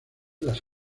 las